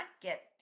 get